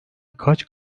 kaç